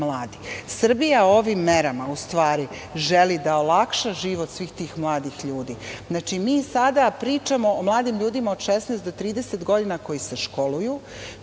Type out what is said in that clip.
Srbija ovim merama ustvari želi da olakša život svih tih mladih ljudi, mi sada pričamo o mladim ljudima od 16 do 30 godina, koji se školuju,